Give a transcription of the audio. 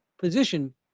position